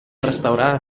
restaurar